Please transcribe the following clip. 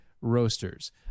Roasters